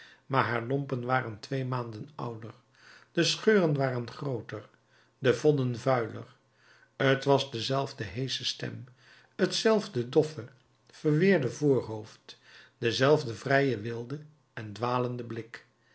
maar haar lompen waren twee maanden ouder de scheuren waren grooter de vodden vuiler t was dezelfde heesche stem hetzelfde doffe verweerde voorhoofd dezelfde vrije wilde en dwalende